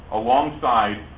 alongside